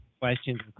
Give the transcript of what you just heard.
questions